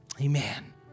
Amen